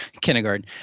kindergarten